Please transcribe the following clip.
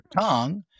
tongue